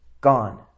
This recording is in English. gone